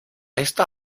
esta